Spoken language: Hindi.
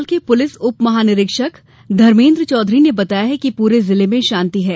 भोपाल के पुलिस उप महानिरीक्षक धर्मेन्द्र चौधरी ने बताया है कि पूरे जिले में शांति हैं